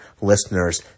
listeners